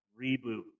reboot